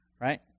Right